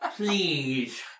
Please